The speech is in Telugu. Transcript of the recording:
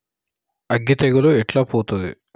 అగ్గి తెగులు ఎట్లా పోతది?